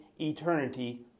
eternity